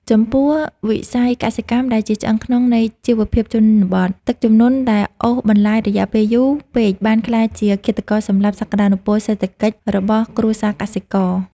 ចំពោះវិស័យកសិកម្មដែលជាឆ្អឹងខ្នងនៃជីវភាពជនបទ ទឹកជំនន់ដែលអូសបន្លាយរយៈពេលយូរពេកបានក្លាយជាឃាតករសម្លាប់សក្តានុពលសេដ្ឋកិច្ចរបស់គ្រួសារកសិករ។